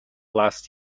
last